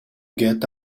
get